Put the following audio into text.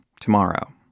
tomorrow